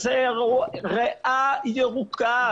זו ריאה ירוקה.